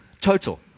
total